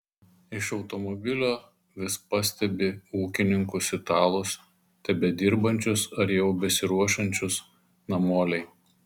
iš automobilio vis pastebi ūkininkus italus tebedirbančius ar jau besiruošiančius namolei